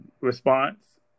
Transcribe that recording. response